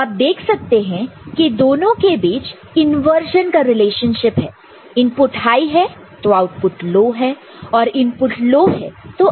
तो आप देख सकते हैं कि दोनों के बीच इंवर्जन का रिलेशनशिप है इनपुट हाई है तो आउटपुट लो है और इनपुट लो है तो आउटपुट हाई है